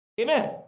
Amen